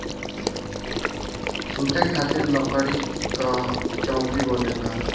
सुते खातिर लकड़ी कअ चउकी बनेला